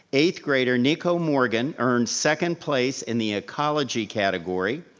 eighth grader nico morgan earned second place in the ecology category,